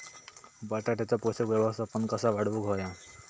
बटाट्याचा पोषक व्यवस्थापन कसा वाढवुक होया?